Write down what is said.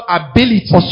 ability